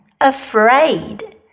Afraid